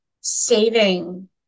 saving